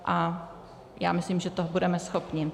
A já myslím, že toho budeme schopni.